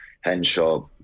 Henshaw